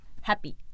Happy